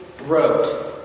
wrote